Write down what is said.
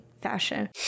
fashion